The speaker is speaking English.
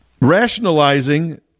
rationalizing